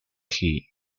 hee